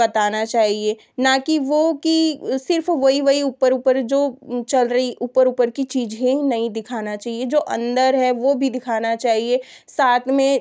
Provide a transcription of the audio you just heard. बताना चाहिए न कि वह की सिर्फ वही वही ऊपर ऊपर ही जो चल रही ऊपर ऊपर की चीज़ें नहीं दिखाना चाहिए जो अंदर है वह भी दिखाना चाहिए साथ में